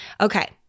Okay